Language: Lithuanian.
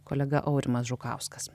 kolega aurimas žukauskas